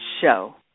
show